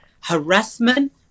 harassment